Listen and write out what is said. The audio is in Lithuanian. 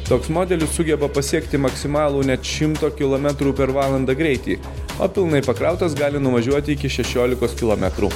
toks modelis sugeba pasiekti maksimalų net šimto kilometrų per valandą greitį o pilnai pakrautas gali nuvažiuoti iki šešiolikos kilometrų